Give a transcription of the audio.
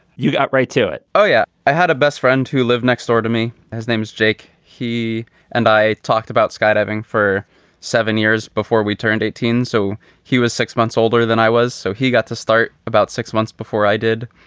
you got right to it. oh, yeah. i had a best friend who lived next door to me. his name is jake. he and i talked about skydiving for seven years before we turned eighteen. so he was six months older than i was. so he got to start about six months before i did.